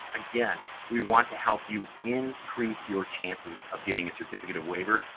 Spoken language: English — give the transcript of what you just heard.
again, we want to help you increase your chances of getting a certificate of waiver,